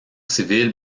civile